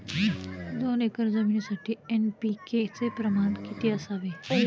दोन एकर जमीनीसाठी एन.पी.के चे प्रमाण किती असावे?